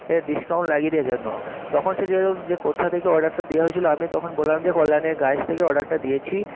এ discount লাগিয়ে দেওয়ার জন্য তখন সে জিজ্ঞাসা যে কোথা থেকে অর্ডারটা দেওয়া হয়েছিল আমি তখন বললাম যে কল্যাণীর কাছ থেকে অর্ডারটা দিয়েছি